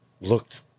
looked